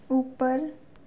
ऊपर